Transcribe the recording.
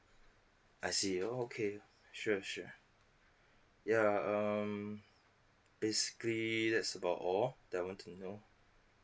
I see oh okay sure sure ya um basically that's about all that I want to know